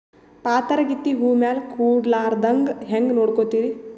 ಪಾತರಗಿತ್ತಿ ಹೂ ಮ್ಯಾಲ ಕೂಡಲಾರ್ದಂಗ ಹೇಂಗ ನೋಡಕೋತಿರಿ?